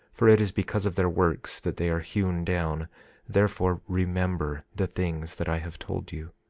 for it is because of their works that they are hewn down therefore remember the things that i have told you.